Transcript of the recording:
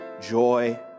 joy